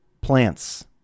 plants